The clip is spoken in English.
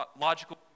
logical